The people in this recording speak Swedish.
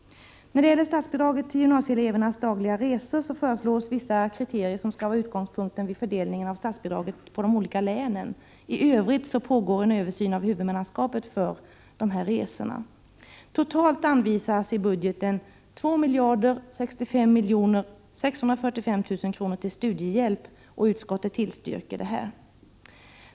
När det gäller statsbidraget till gymnasieelevernas dagliga resor föreslås vissa kriterier som skall vara utgångspunkten vid fördelningen av statsbidraget på de olika länen. I övrigt pågår en översyn av huvudmannaskapet för elevernas resor.